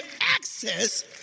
access